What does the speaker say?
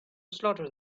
slaughter